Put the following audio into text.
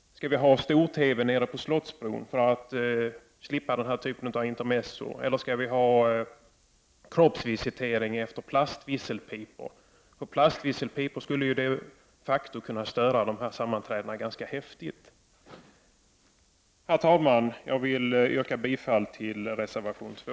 Skall vi har stor-TV nere på Slottsbron för att slippa sådana här intermezzon, eller skall vi ha kroppsvisitering efter plastvisselpipor? Plastvisselpipor skulle de facto störa sammanträdena ganska häftigt. Herr talman! Jag yrkar bifall till reservation 2.